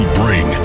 bring